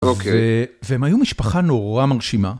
ו... והם היו משפחה נורא מרשימה.